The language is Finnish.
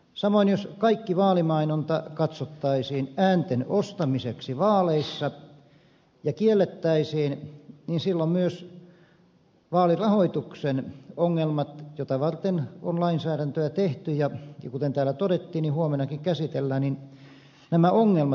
samoin jos kaikki vaalimainonta katsottaisiin äänten ostamiseksi vaaleissa ja kiellettäisiin niin silloin myös vaalirahoituksen ongelmat joita varten on lainsäädäntöä tehty ja kuten täällä todettiin joita huomennakin käsitellään poistuisivat